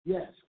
Yes